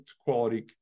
quality